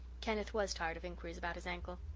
kenneth was tired of inquiries about his ankle.